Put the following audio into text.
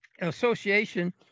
association